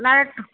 না একটু